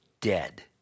dead